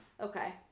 Okay